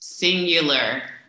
singular